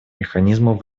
механизмов